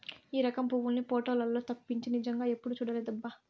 ఈ రకం పువ్వుల్ని పోటోలల్లో తప్పించి నిజంగా ఎప్పుడూ చూడలేదబ్బా